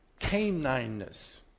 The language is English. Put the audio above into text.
canineness